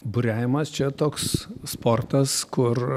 buriavimas čia toks sportas kur